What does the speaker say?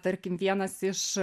tarkim vienas iš